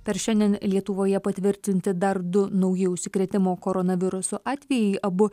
per šiandien lietuvoje patvirtinti dar du nauji užsikrėtimo koronavirusu atvejai abu